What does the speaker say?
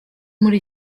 muri